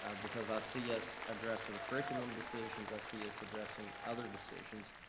ah because i see us addressing curriculum decisions, i see us addressing other decisions.